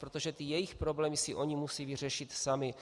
Protože ty jejich problémy si oni musí vyřešit sami.